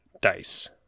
dice